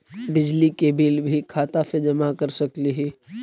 बिजली के बिल भी खाता से जमा कर सकली ही?